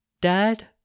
Dad